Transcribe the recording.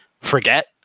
forget